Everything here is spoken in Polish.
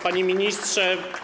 Panie Ministrze!